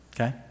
Okay